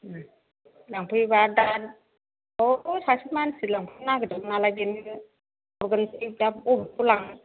उम लांफैयोब्ला दा हौ सासे मानसि लांफैनो नागेरदोमोन नालाय बेनो हरग्रोसै दा बबेखौ लाङो